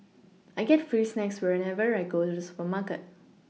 I get free snacks whenever I go to the supermarket